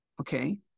Okay